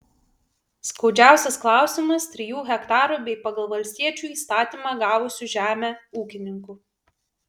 skaudžiausias klausimas trijų hektarų bei pagal valstiečių įstatymą gavusių žemę ūkininkų